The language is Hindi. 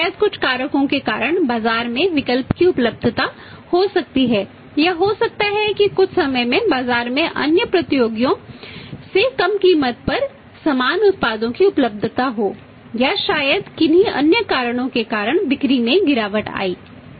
लेकिन शायद कुछ कारकों के कारण बाजार में विकल्प की उपलब्धता हो सकती है या हो सकता है कि कुछ समय में बाजार में अन्य प्रतियोगियों से कम कीमत पर समान उत्पादों की उपलब्धता हो या शायद किन्हीं अन्य कारणों के कारण बिक्री में गिरावट आई